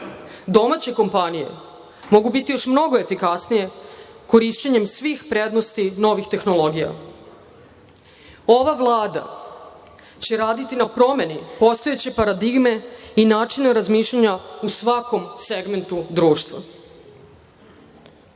Domaće kompanije mogu biti još mnogo efikasnije korišćenjem svih prednosti novih tehnologija. Ova Vlada će raditi na promeni postojeće paradigme i načina razmišljanja u svakom segmentu društva. Sa